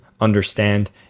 understand